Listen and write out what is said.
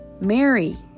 Mary